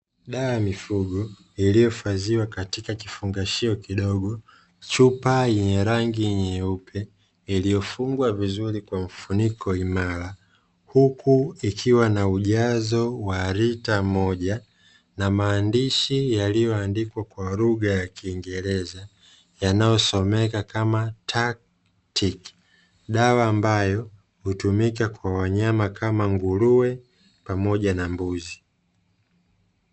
Miti mirefu ikiwa na ujazoo wa lita moja